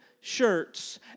shirts